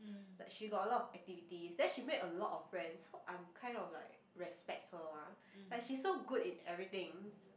like she got a lot of activities then she make a lot of friends I'm kind of like respect her ah like she so good in everything